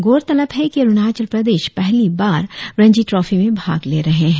गौरतलब है कि अरुणाचल प्रदेश पहली बार रणजी ट्रॉफी में भाग ले रहे है